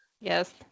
Yes